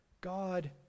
God